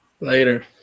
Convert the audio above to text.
Later